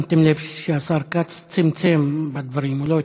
שמתם לב שהשר כץ צמצם בדברים, הוא לא התרחב,